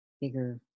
bigger